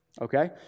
okay